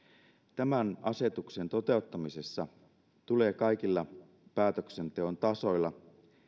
tämän asetuksen toteuttamisessa tulee kaikilla päätöksenteon tasoilla